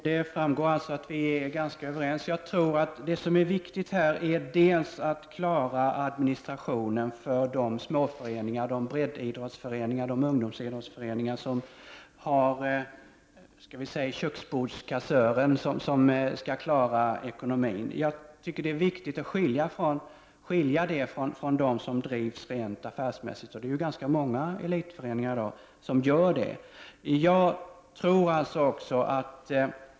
Fru talman! Det framgår att vi är ganska överens. Det viktiga här är att klara administrationen för de små föreningar, breddföreningar och ungdomsidrottsföreningar där ”köksbordskassören” har hand om ekonomin. Det är viktigt att skilja dessa föreningar från dem som drivs rent affärsmässigt. Det är ganska många elitföreningar i dag som gör det.